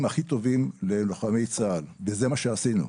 הכי טובים ללוחמי צה"ל וזה מה שעשינו.